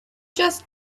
just